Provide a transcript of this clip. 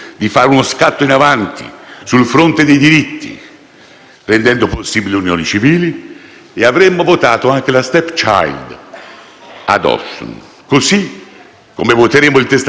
rendendo possibili le unioni civili, e avremmo votato anche la *stepchild adoption*, così come voteremo il testamento biologico, quando e se arriverà in